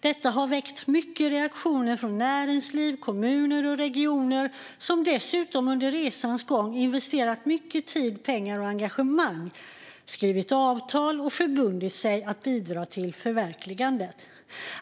Detta har väckt många reaktioner från näringsliv, kommuner och regioner, som dessutom under resans gång har investerat mycket tid, pengar och engagemang, skrivit avtal och förbundit sig att bidra till förverkligandet.